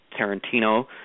Tarantino